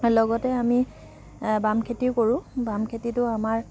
লগতে আমি বাম খেতিও কৰোঁ বাম খেতিটো আমাৰ